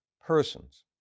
persons